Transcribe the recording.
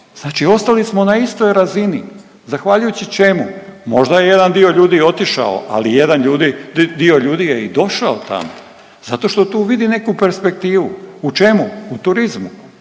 znači ostali smo na istoj razini. Zahvaljujući čemu? Možda je jedan dio ljudi otišao, ali jedan dio ljudi je i došao tamo zato što tu vidi neku perspektivu. U čemu? U turizmu